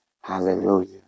Hallelujah